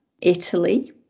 Italy